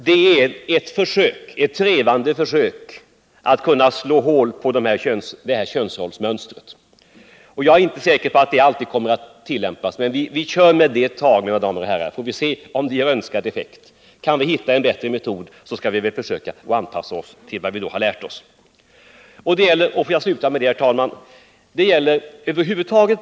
Det är ett trevande försök att trasa sönder könsrollsmönstret. Jag är inte säker på att metoden alltid kommer att leda till önskat resultat, men vi kör med den ett tag, mina damer och herrar, så får vi se om den ger önskad effekt. Kan vi hitta en bättre metod skall vi försöka anpassa oss till vad vi har lärt oss.